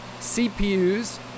CPUs